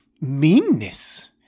meanness